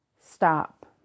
stop